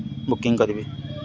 booking କରିବି